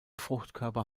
fruchtkörper